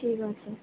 ঠিক আছে